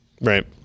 Right